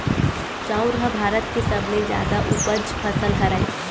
चाँउर ह भारत के सबले जादा उपज फसल हरय